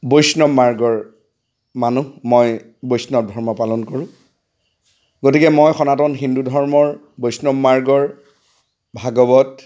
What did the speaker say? বৈষ্ণৱ মাৰ্গৰ মানুহ মই বৈষ্ণৱ ধৰ্ম পালন কৰোঁ গতিকে মই সনাতন হিন্দু ধৰ্মৰ বৈষ্ণৱ মাৰ্গৰ ভাগৱত